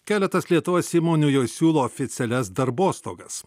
keletas lietuvos įmonių jau siūlo oficialias darbostogas